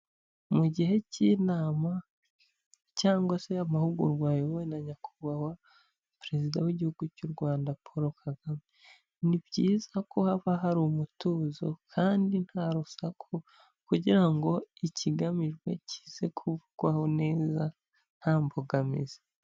Mu gihe k'inama cyangwa se amahugurwa yayobowe na nyakubahwa perezida w'igihugu cy'u Rwanda Paul Kagame ni byiza ko haba hari umutuzo kandi nta rusaku kugira ngo ikigamijwe kize kuvugwaho neza nta mbogamizi.